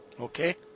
Okay